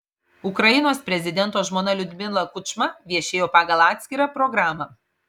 ukrainos prezidento žmona liudmila kučma viešėjo pagal atskirą programą